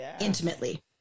intimately